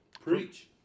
Preach